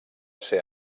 ser